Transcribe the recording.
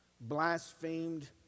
blasphemed